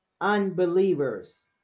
unbelievers